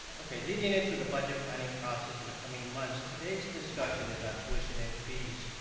okay, leading into the budget planning process in the coming months, today's discussion is on tuition and fees.